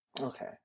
okay